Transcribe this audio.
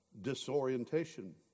Disorientation